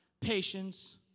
patience